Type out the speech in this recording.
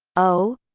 o